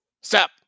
Stop